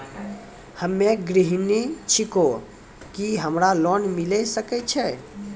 हम्मे गृहिणी छिकौं, की हमरा लोन मिले सकय छै?